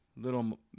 little